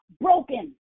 broken